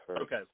Okay